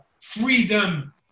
freedom